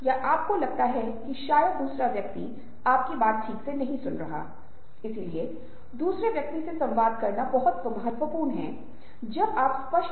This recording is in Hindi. अब आप देखते हैं कि रचनात्मकता पर मेरी बाद की बातचीत में मैं सामूहिक संस्कृतियों के विरोध के रूप में व्यक्तिवादी संस्कृतियों की अवधारणा के बारे में भी बात करूंगा